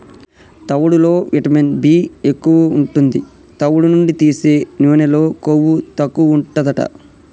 తవుడులో vitamin B ఎక్కువు ఉంటది, తవుడు నుండి తీసే నూనెలో కొవ్వు తక్కువుంటదట